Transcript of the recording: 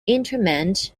interment